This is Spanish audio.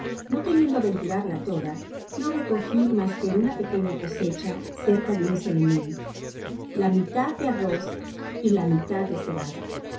no queriendo aventurarla toda no recojí mas que nna pequeña cosecha cerca de un celemin ia mitad de arroz y la midad de cebada